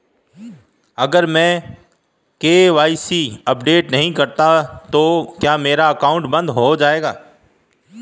अगर मैं KYC update नहीं करता तो क्या मेरा अकाउंट बंद हो जाएगा?